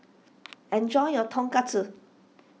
enjoy your Tonkatsu